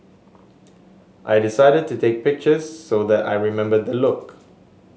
I decided to take pictures so that I remember the look